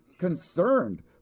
Concerned